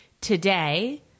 today